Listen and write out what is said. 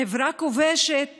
חברה כובשת